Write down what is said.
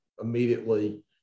immediately